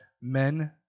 men